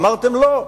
אמרתם: לא.